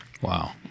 Wow